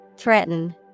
Threaten